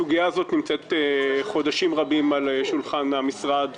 הסוגיה הזאת נמצאת חודשים רבים על שולחן המשרד.